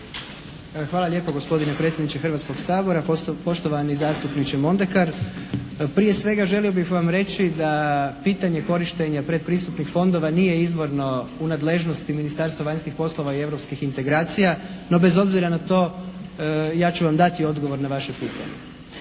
Hvala lijepa gospodine predsjedniče Hrvatskog sabora. Poštovani zastupniče Mondekar prije svega želio bih vam reći da pitanje korištenja predpristupnih fondova nije izvorno u nadležnosti Ministarstva vanjskih poslova i europskih integracija no bez obzira na to ja ću vam dati odgovor na vaše pitanje.